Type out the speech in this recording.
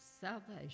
salvation